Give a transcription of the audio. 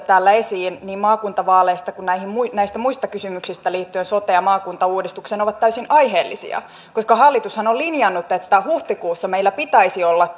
täällä esiin nostamat kysymykset niin maakuntavaaleista kuin näistä muista kysymyksistä liittyen soteen ja maakuntauudistukseen ovat täysin aiheellisia koska hallitushan on linjannut että huhtikuussa meillä pitäisi olla